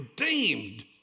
redeemed